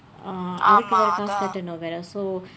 ah அதுக்கு வேற காசு கட்டணும் வேற:athukku veera kaasu katdanum veera so